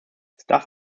staff